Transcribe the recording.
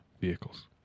vehicles